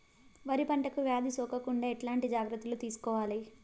వరి పంటకు వ్యాధి సోకకుండా ఎట్లాంటి జాగ్రత్తలు తీసుకోవాలి?